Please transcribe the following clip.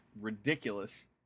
ridiculous